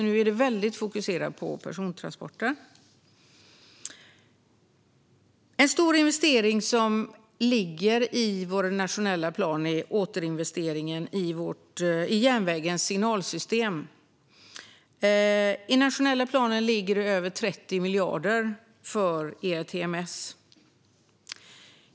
Nu är det väldigt fokuserat på persontransporter. En stor investering som ligger i Sveriges nationella plan är återinvesteringen i järnvägens signalsystem. I den nationella planen ligger det över 30 miljarder för ERTMS.